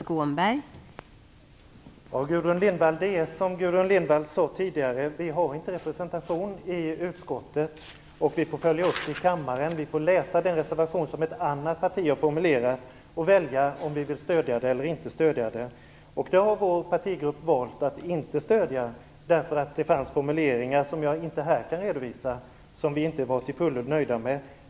Fru talman! Det är som Gudrun Lindvall sade tidigare - vi har inte representation i utskottet. Vi får i stället följa upp våra motionskrav i kammaren: Vi får läsa den reservation som ett annat parti har formulerat och välja om vi vill stödja den eller inte. Vår partigrupp valde då att inte stödja Miljöpartiets reservation, därför att den innehöll formuleringar som vi inte var till fullo nöjda med - jag kan inte redovisa dem här.